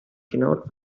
cannot